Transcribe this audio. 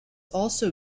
also